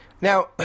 now